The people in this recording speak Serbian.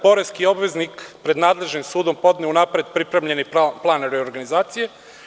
Poreski obveznik pred nadležnim sudom podneo unapred pripremljeni plan reorganizacije.